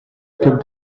get